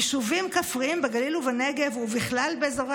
יישובים כפריים בגליל ובנגב ובכלל באזורי